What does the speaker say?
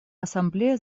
ассамблея